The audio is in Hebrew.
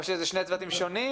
או שאלה שני צוותים שונים?